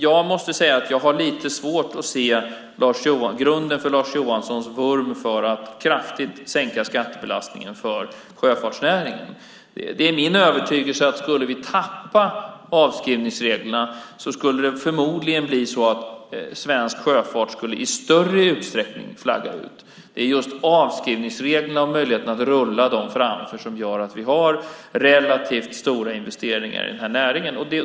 Jag måste säga att jag har lite svårt att se grunden för Lars Johanssons vurm för att kraftigt sänka skattebelastningen för sjöfartsnäringen. Det är min övertygelse att skulle vi tappa avskrivningsreglerna skulle det förmodligen bli så att svensk sjöfart i större utsträckning skulle flagga ut. Det är just avskrivningsreglerna och möjligheterna att rulla dem framför sig som gör att vi har relativt stora investeringar i den här näringen.